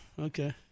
Okay